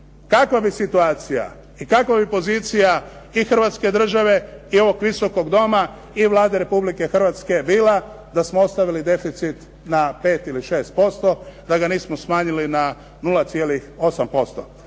Kakva bi situacija i kakva bi pozicija i Hrvatske države i ovog Visokog doma i Vlade Republike Hrvatske bila da smo ostavili deficit na 5 ili 6%, da ga nismo smanjili na 0,8%.